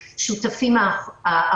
משרד הבריאות וביחד עם השותפים האחרים.